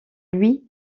louis